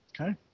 Okay